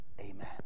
Amen